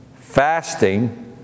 fasting